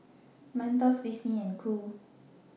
Mentos Disney and Qoo